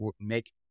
make